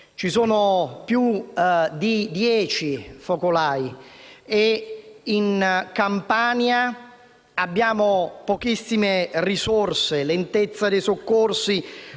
ci sono più di dieci focolai e in Campania abbiamo pochissime risorse e una grave lentezza nei soccorsi